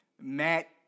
Matt